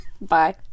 Bye